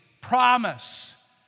promise